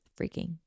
freaking